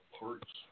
parts